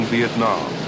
Vietnam